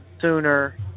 sooner